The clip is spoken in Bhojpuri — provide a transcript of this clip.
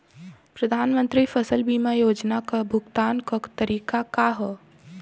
प्रधानमंत्री फसल बीमा योजना क भुगतान क तरीकाका ह?